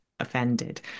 offended